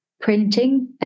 printing